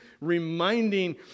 reminding